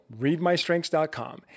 readmystrengths.com